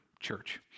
church